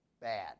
bad